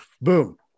Boom